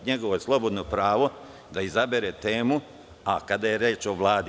Njegovo je slobodno pravo da izabere temu kada je reč o Vladi.